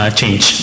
change